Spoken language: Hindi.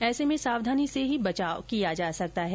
ऐसे में सावधानी से ही बचाव किया जा सकता है